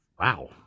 wow